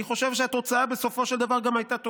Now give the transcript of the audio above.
אני חושב שהתוצאה בסופו של דבר גם הייתה טובה.